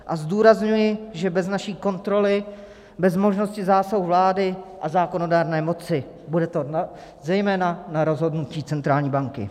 A zdůrazňuji, že bez naší kontroly, bez možnosti zásahu vlády a zákonodárné moci, to bude zejména na rozhodnutí centrální banky.